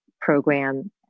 program